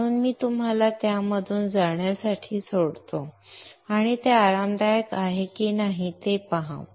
म्हणून मी तुम्हाला त्यामधून जाण्यासाठी सोडतो आणि ते आरामदायक आहे की नाही ते पहा